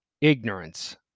ignorance